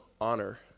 honor